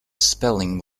spelling